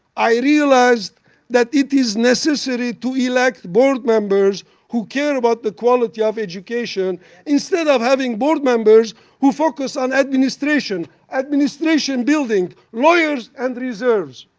i realized that it is necessary to elect board members who care about the quality of education instead of having board members who focus on administration, administration building, lawyers, and reserves.